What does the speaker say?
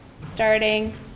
starting